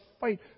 fight